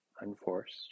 unforced